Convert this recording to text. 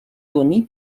toni